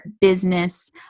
business